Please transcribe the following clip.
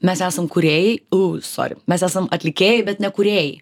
mes esam kūrėjai u sory mes esam atlikėjai bet ne kūrėjai